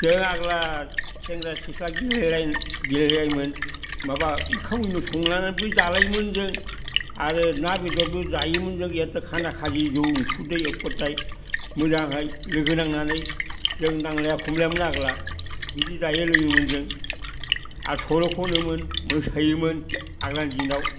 जों आग्ला सेंग्रा सिख्ला गेलेलायोमोन माबा ओंखाम इरि संनानैबो जालायोमोन जों आरो ना बेदरबो जायोमोन जों एखदम खाना खाजि जौ उखुदै अख'दाय मोजाङै लोगो नांनानै जों नांलाया खमलायामोन आग्ला बिदि जायो लोङोमोन जों आर सल' खनोमोन मोसायोमोन आग्लानि दिनाव